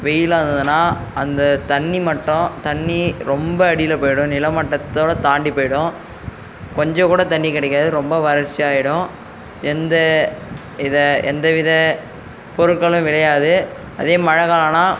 வெயிலாக இருந்ததுன்னா அந்த தண்ணி மட்டும் தண்ணி ரொம்ப அடியில் போயிடும் நிலமட்டத்தோடய தாண்டி போயிடும் கொஞ்சம் கூட தண்ணி கிடக்காது ரொம்ப வறட்சியாக ஆயிடும் எந்த வித எந்தவித பொருட்களும் விளையாது அதே மழை காலன்னா